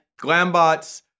Glambots